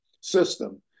system